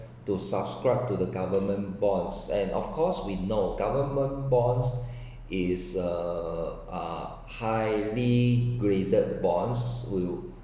to subscribe to the government bonds and of course we know government bonds is uh ah highly graded bonds will